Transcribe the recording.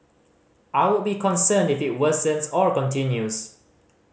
I would be concerned if it worsens or continues